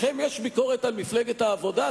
לכם יש ביקורת על מפלגת העבודה?